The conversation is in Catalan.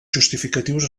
justificatius